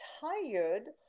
tired